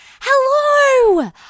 Hello